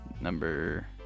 number